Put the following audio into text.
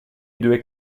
due